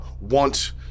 want